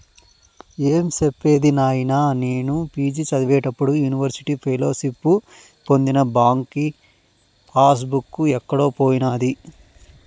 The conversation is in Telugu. ఏం సెప్పేది నాయినా, నేను పి.జి చదివేప్పుడు యూనివర్సిటీ ఫెలోషిప్పు పొందిన బాంకీ పాస్ బుక్ ఎక్కడో పోయినాది